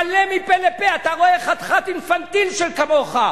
מלא מפה לפה, אתה רואה, חתיכת אינפנטיל שכמוך.